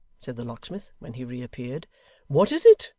said the locksmith, when he reappeared what is it?